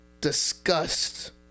disgust